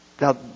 Now